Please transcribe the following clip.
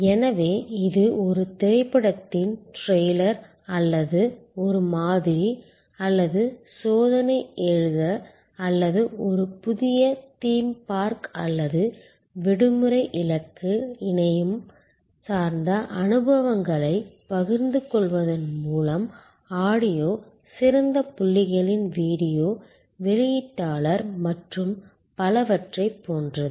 எனவே இது ஒரு திரைப்படத்தின் டிரெய்லர் அல்லது ஒரு மாதிரி அல்லது சோதனை எழுத அல்லது ஒரு புதிய தீம் பார்க் அல்லது விடுமுறை இலக்கு இணையம் சார்ந்த அனுபவங்களைப் பகிர்ந்துகொள்வதன் மூலம் ஆடியோ சிறந்த புள்ளிகளின் வீடியோ வெளியீட்டாளர் மற்றும் பலவற்றைப் போன்றது